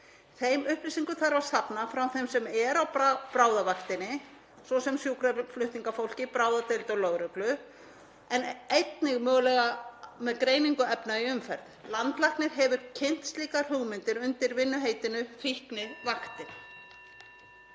Þeim upplýsingum þarf að safna frá þeim sem eru á bráðavaktinni, svo sem sjúkraflutningafólki, bráðadeild og lögreglu, en einnig mögulega með greiningu efna í umferð. Landlæknir hefur kynnt slíkar hugmyndir undir vinnuheitinu Fíknivaktin.